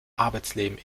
arbeitsleben